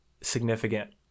significant